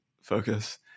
focus